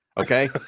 okay